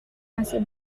masih